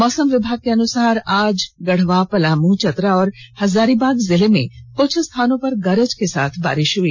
मौसम विभाग के अनुसार आज गढ़वा पलामू चतरा और हजारीबाग जिले में कुछ स्थानों पर गरज के साथ बारिष हुई